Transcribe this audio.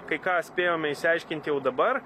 kai ką spėjome išsiaiškinti jau dabar